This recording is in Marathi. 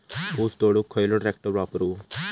ऊस तोडुक खयलो ट्रॅक्टर वापरू?